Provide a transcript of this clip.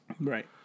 right